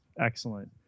Excellent